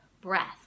breath